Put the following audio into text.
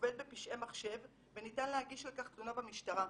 גובל בפשעי מחשב וניתן להגיש על כך תלונה במשטרה,